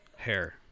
hair